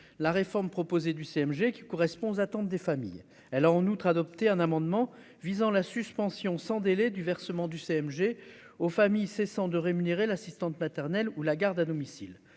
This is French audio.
la réforme proposée du CMG qui correspond aux attentes des familles, elle a en outre adopté un amendement visant la suspension sans délai du versement du CMG aux familles, cessant de rémunérer l'assistante maternelle ou la garde à domicile